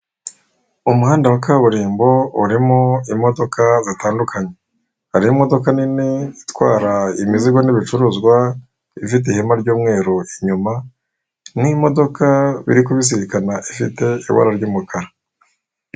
Umuhanda wa kaburimbo urimo imodoka zitandukanye, hari imodoka nini itwara imizigo nibicuruzwa, ifite ihema ry'umweru inyuma n'imodoka biri kubizirikana ifite ibara ry'umukara.